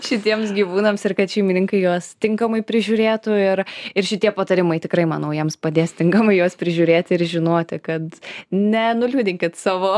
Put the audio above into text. šitiems gyvūnams ir kad šeimininkai juos tinkamai prižiūrėtų ir ir šitie patarimai tikrai manau jiems padės tinkamai juos prižiūrėti ir žinoti kad nenuliūdinkit savo